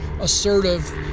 assertive